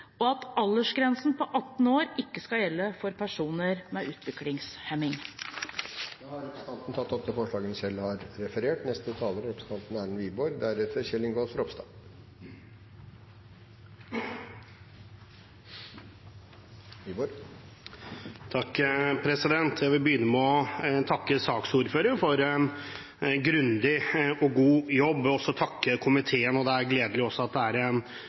og at aldersgrensen på 18 år ikke skal gjelde for personer med utviklingshemning. Representanten Rigmor Aasrud har tatt opp det forslaget hun refererte til. Jeg vil begynne med å takke saksordføreren for en grundig og god jobb. Jeg vil også takke komiteen, og det er gledelig at det er en